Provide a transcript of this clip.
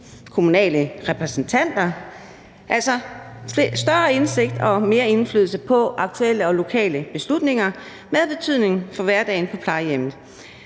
kommunale repræsentanter i hverdagen, altså større indsigt og mere indflydelse på aktuelle og lokale beslutninger med betydning for hverdagen på plejehjemmet.